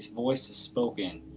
voice is spoken.